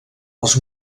els